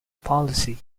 policy